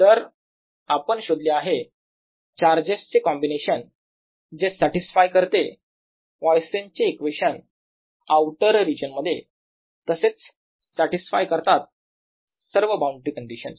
तर आपण शोधले आहे चार्जेस चे कॉम्बिनेशन जे सॅटिसफाय करते पॉयसनचे इक्वेशन आऊटर रिजन मध्ये तसेच सॅटिसफाय करतात सर्व बाउंड्री कंडिशन्स